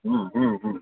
ହୁଁ ହୁଁ ହୁଁ